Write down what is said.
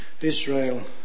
Israel